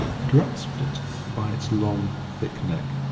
he grasped it by its long, thick neck,